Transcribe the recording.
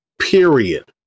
period